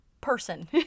person